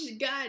god